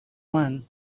one